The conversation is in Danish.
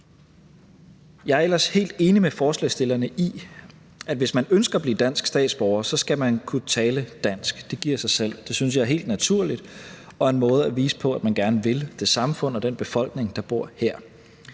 Jeg er ellers helt enig med forslagsstillerne i, at hvis man ønsker at blive dansk statsborger, skal man kunne tale dansk – det giver sig selv. Det synes jeg er helt naturligt og en måde at vise på, at man gerne vil det samfund og den befolkning, der bor her.